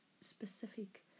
specific